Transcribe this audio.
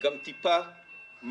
גם מה נעשה.